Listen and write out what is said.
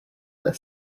their